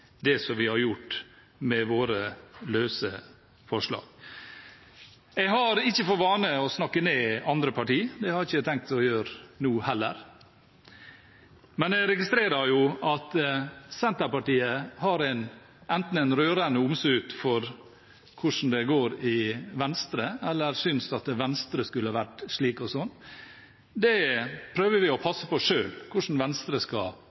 gjort som vi har gjort med våre forslag. Jeg har ikke for vane å snakke ned andre partier, og det har jeg ikke tenkt å gjøre nå heller. Men jeg registrerer at Senterpartiet har enten en rørende omsut for hvordan det går i Venstre, eller så synes de at Venstre skulle vært slik og sånn. Det prøver vi å passe på selv – hvordan Venstre skal